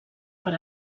per